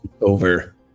over